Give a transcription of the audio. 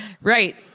right